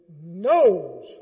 knows